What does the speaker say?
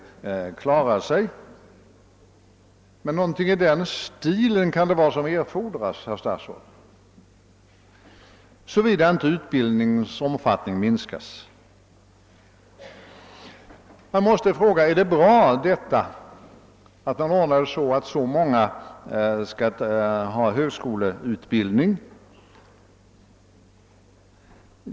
Det kan vara någonting i den stilen som erfordras, herr statsråd, såvida inte utbildningens omfattning minskas. Man måste fråga, om det är bra att det ordnas på det sättet att så många skaffar sig högskoleutbildning.